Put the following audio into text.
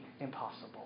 impossible